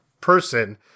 person